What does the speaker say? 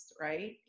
Right